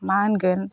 मा होनगोन